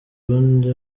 rundi